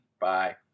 Bye